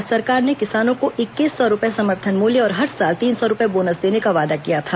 राज्य सरकार ने किसानों को इक्कीस सौ रुपए समर्थन मूल्य और हर साल तीन सौ रुपए बोनस देने वादा किया था